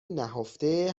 نهفته